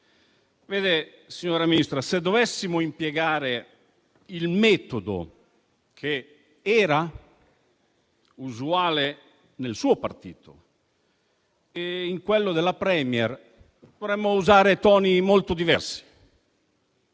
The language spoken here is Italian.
Vede, signora Ministra, se dovessimo impiegare il metodo che era usuale nel suo partito e in quello della *Premier* dovremmo usare toni molto diversi.